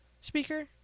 speaker